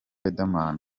riderman